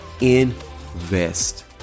invest